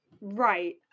right